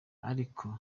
ariko